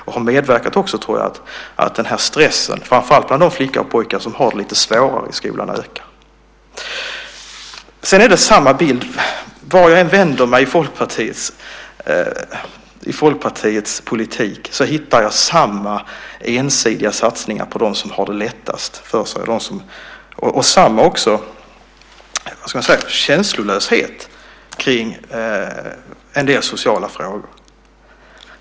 Det tror jag också har medverkat till att stressen, framför allt bland de flickor och pojkar som har det lite svårare i skolan, ökar. Sedan är det samma bild, vart jag än vänder mig i Folkpartiets politik hittar jag samma ensidiga satsningar på dem som har det lättast för sig och även samma känslolöshet kring en del sociala frågor.